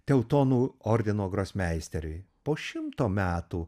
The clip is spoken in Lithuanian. teutonų ordino grosmeisteriui po šimto metų